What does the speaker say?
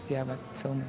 tie vat filmai